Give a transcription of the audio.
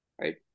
Right